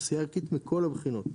עשייה ערכית מכל הבחינות.